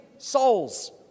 souls